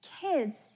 kids